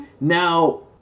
now